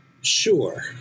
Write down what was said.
Sure